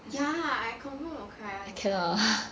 ya I confirm will cry [one] it's like